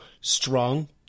strong